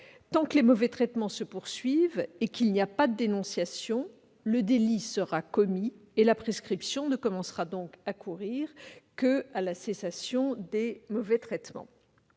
tant que les mauvais traitements se poursuivent et en l'absence de toute dénonciation, le délit sera commis et la prescription ne commencera donc à courir qu'à la cessation des mauvais traitements.